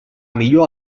millor